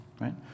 Right